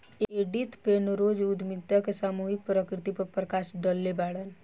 Edith Penrose उद्यमिता के सामूहिक प्रकृति पर प्रकश डलले बाड़न